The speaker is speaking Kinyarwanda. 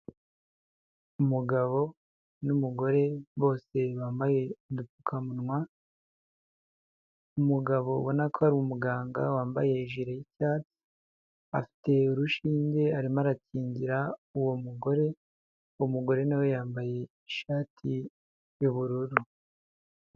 Umugabo n'umugore bose bambaye udupfukamunwa, umugabo ubona ko ari umuganga wambaye ijire y'icyatsi, afite urushinge arimo arakingira uwo mugore, uwo mugore nawe we yambaye ishati y'ubururu.